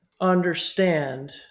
understand